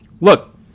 look